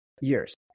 years